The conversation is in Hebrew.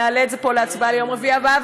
נעלה את זה פה להצבעה ביום רביעי הבא,